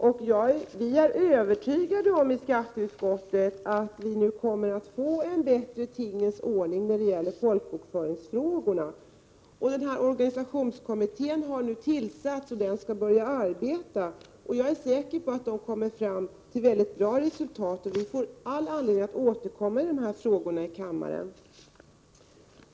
Vi är i skatteutskottets majoritet övertygade om att vi nu kommer att få en bättre tingens ordning när det gäller folkbokföringsfrågorna. Organisationskommittén har nu tillsatts och skall börja arbeta. Jag är säker på att den kommer fram till ett bra resultat. Vi får all anledning att återkomma till dessa frågor i kammaren.